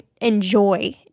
enjoy